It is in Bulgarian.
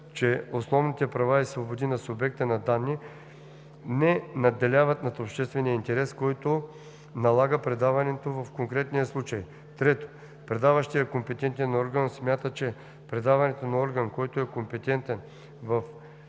че основните права и свободи на субекта на данни не надделяват над обществения интерес, който налага предаването в конкретния случай; 3. предаващият компетентен орган смята, че предаването на орган, който е компетентен в